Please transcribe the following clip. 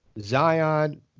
Zion